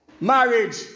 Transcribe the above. marriage